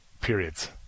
periods